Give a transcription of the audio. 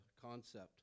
concept